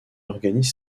organise